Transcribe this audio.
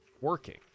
working